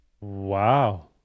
Wow